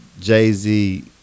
Jay-Z